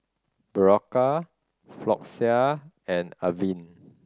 Berocca Floxia and Avene